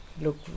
look